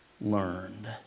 learned